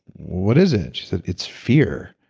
what is it? she said it's fear.